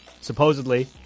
supposedly